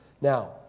Now